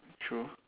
true